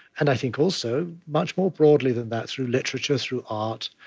and i think, also, much more broadly than that through literature, through art,